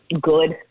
good